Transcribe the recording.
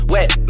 Wet